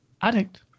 Addict